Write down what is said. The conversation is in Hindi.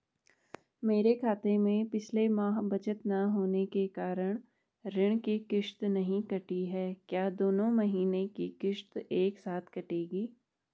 मेरे खाते में पिछले माह बचत न होने के कारण ऋण की किश्त नहीं कटी है क्या दोनों महीने की किश्त एक साथ कटेगी?